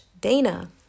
Dana